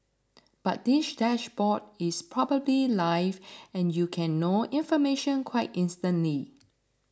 but this dashboard is probably live and you can know information quite instantly